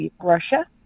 Russia